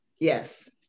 Yes